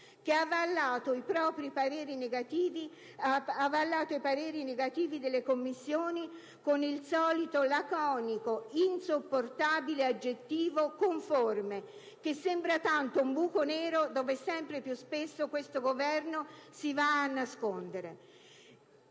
che ha avallato i pareri negativi delle Commissioni con il solito, laconico, insopportabile aggettivo «conforme», che sembra tanto un buco nero dove sempre più spesso questo Governo si va a nascondere.